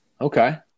Okay